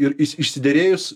ir išsi išsiderėjus